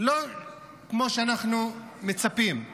לא כמו שאנחנו מצפים.